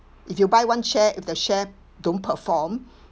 if you buy one share if the share don't perform